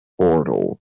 portal